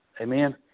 Amen